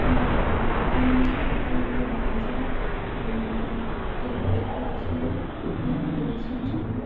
దాని తర్వాత నేను స్వతంత్రంగా డాన్సును నా టెన్త్ క్లాసులో నేను ప్రదర్శించాను